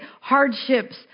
hardships